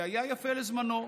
שהיה יפה לזמנו,